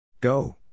go